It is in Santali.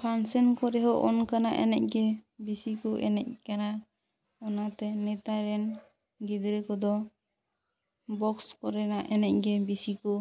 ᱯᱷᱟᱱᱥᱮᱱ ᱠᱚᱨᱮ ᱦᱚᱸ ᱚᱱᱠᱟᱱᱟᱜ ᱮᱱᱮᱡ ᱜᱮ ᱵᱮᱥᱤ ᱠᱚ ᱮᱱᱮᱡ ᱠᱟᱱᱟ ᱚᱱᱟᱛᱮ ᱱᱮᱛᱟᱨ ᱨᱮᱱ ᱜᱤᱫᱽᱨᱟᱹ ᱠᱚᱫᱚ ᱵᱚᱠᱥ ᱠᱚᱨᱮᱱᱟᱜ ᱮᱱᱮᱡ ᱜᱮ ᱵᱮᱥᱤ ᱠᱚ